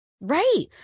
Right